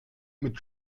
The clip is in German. mit